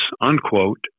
unquote